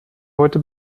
heute